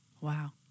Wow